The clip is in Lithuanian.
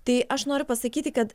tai aš noriu pasakyti kad